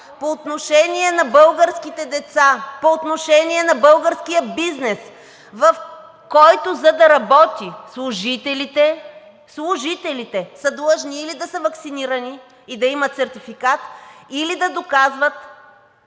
по отношение на българските деца, по отношение на българския бизнес, в който, за да работят, служителите са длъжни или да са ваксинирани и да имат сертификат, или да доказват